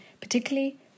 particularly